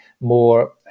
more